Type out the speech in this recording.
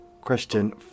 Question